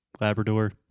Labrador